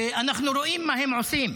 שאנחנו רואים מה הם עושים,